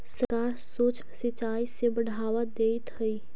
सरकार सूक्ष्म सिंचाई के बढ़ावा देइत हइ